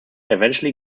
eventually